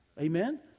Amen